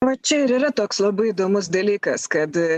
va čia ir yra toks labai įdomus dalykas kad